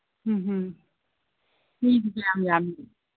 ꯎꯝ ꯎꯝ ꯃꯤꯗꯤ ꯌꯥꯝ ꯌꯥꯝꯃꯤ